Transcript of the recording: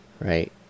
right